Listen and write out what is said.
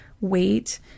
weight